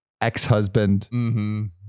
ex-husband